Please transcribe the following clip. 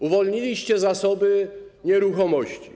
Uwolniliście zasoby nieruchomości.